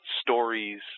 stories